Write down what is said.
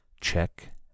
Check